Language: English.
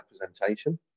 representation